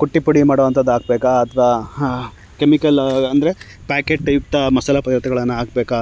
ಕುಟ್ಟಿ ಪುಡಿ ಮಾಡುವಂಥದ್ ಹಾಕ್ಬೇಕಾ ಅಥ್ವಾ ಹಾಂ ಕೆಮಿಕಲ್ ಅಂದರೆ ಪ್ಯಾಕೇಟ್ ಯುಕ್ತ ಮಸಾಲೆ ಪದಾರ್ಥಗಳನ್ನು ಹಾಕ್ಬೇಕಾ